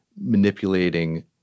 manipulating